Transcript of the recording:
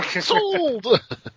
Sold